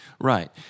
Right